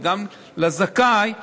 וגם לזכאי,